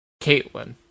Caitlin